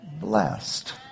blessed